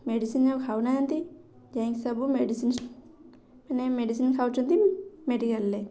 medicine ଆଉ ଖାଉନାହାନ୍ତି ଯାଇକି ସବୁ ମେଡ଼ିସିନ୍ ମାନେ ମେଡ଼ିସିନ୍ ଖାଉଛନ୍ତି ମେଡ଼ିକାଲ୍ରେ